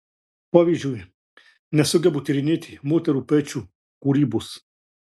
pavyzdžiui nesugebu tyrinėti moterų poečių kūrybos